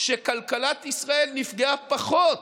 שכלכלת ישראל נפגעה פחות